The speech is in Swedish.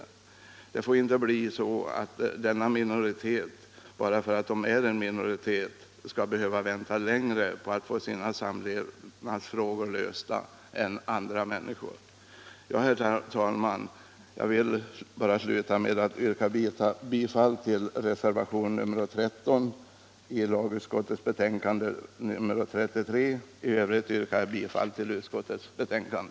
Det får inte bli så att denna minoritet bara för att den är en minoritet skall behöva vänta längre på att få sina samlevnadsfrågor lösta än andra. Herr talrnan! Jag vill sluta med att yrka bifall till reservationen 13 och i övrigt bifall till lagutskottets hemställan i betänkandet nr 33.